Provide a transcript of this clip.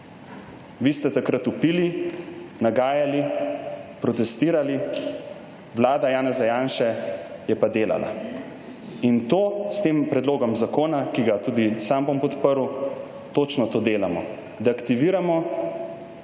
Vi ste takrat vpili, nagajali, protestirali, Vlada Janeza Janše je pa delala. In to s tem predlogom zakona, ki ga tudi sam bom podprl, točno to delamo. Da aktiviramo ljudi,